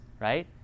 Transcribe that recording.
right